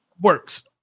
works